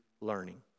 learning